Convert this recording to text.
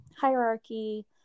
hierarchy